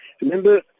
Remember